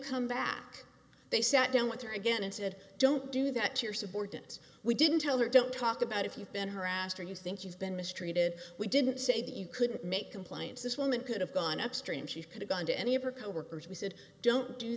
come back they sat down with her again and said don't do that to your subordinates we didn't tell her don't talk about if you've been harassed or you think you've been mistreated we didn't say that you couldn't make complaints this woman could have gone upstream she could've gone to any of her coworkers we said don't do